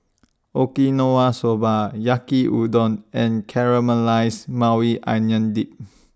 Okinawa Soba Yaki Udon and Caramelized Maui Onion Dip